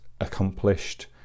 accomplished